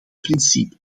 principe